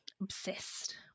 obsessed